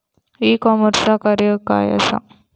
E कॉमर्सचा कार्य काय असा?